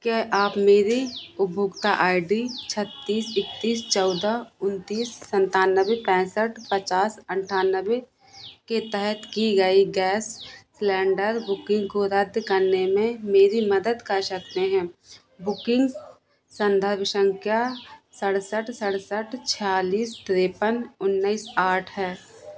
क्या आप मेरे उपभोक्ता आई डी छत्तीस एकतीस चौदह उनतीस सनतानवे पैंसठ पचास अनठानबे के तहत की गई गैस सलेंडर बुकिंग को रद्द करने में मेरी मदद कर सकते हैं बुकिंग संदर्भ संख्या सड़सठ सड़सठ छियालीस तिरपन उन्नीस आठ है